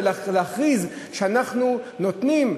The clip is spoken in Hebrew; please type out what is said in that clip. ולהכריז שאנחנו נותנים,